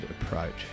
approach